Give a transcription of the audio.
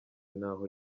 n’aho